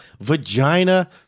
vagina